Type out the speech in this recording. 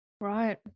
Right